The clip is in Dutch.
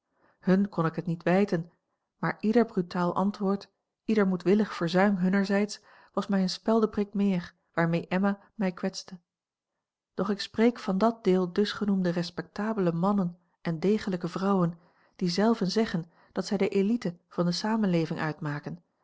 hun kon ik het niet wijten maar ieder brutaal antwoord ieder moedwillig verzuim hunnerzijds was mij een speldeprik meer waarmee emma mij kwetste doch ik spreek van dat deel dusgenoemde respectabele mannen en degelijke vrouwen die zelven zeggen dat zij de élite van de samenleving uitmaken